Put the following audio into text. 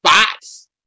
spots